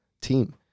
team